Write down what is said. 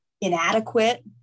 inadequate